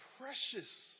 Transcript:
precious